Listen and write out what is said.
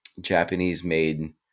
Japanese-made